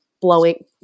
blowing